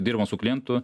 dirbam su klientu